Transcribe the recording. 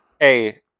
hey